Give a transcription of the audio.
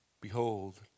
Behold